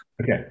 Okay